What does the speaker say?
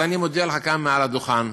אז אני מודיע לך כאן מעל לדוכן,